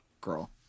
girl